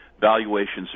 valuations